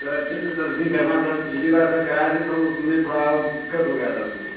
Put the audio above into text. sir अच्छे से servicing करना सर पिछली बार सर कराये थे तो उसमें थोड़ा दिक्कत हो गया था उसमें